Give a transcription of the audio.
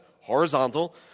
horizontal